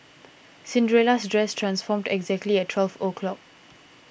Cinderella's dress transformed exactly at twelve o'clock